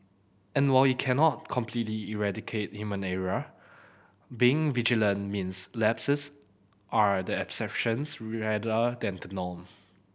and while it cannot completely eradicate human error being vigilant means lapses are the exceptions rather than the norm